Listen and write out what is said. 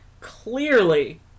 Clearly